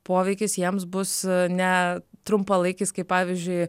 poveikis jiems bus ne trumpalaikis kaip pavyzdžiui